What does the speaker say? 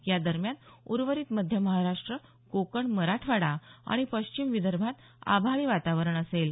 यादरम्यान उर्वरित मध्य महाराष्ट्र कोकण मराठवाडा आणि पश्चिम विदर्भात आभाळी वातावरण असेल